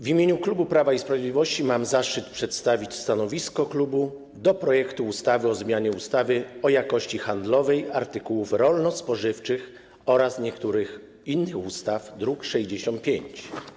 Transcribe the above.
W imieniu klubu Prawa i Sprawiedliwości mam zaszczyt przedstawić stanowisko wobec projektu ustawy o zmianie ustawy o jakości handlowej artykułów rolno-spożywczych oraz niektórych innych ustaw, druk nr 65.